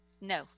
No